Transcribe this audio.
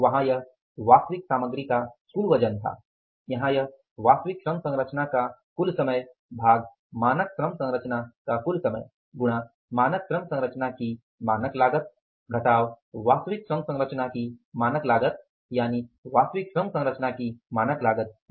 वहां यह वास्तविक सामग्री का कुल वजन था और यहाँ यह वास्तविक श्रम संरचना का कुल समय भाग मानक श्रम संरचना का कुल समय गुणा मानक श्रम संरचना की मानक लागत घटाव वास्तविक श्रम संरचना की मानक लागत यानि वास्तविक श्रम संरचना की मानक लागत है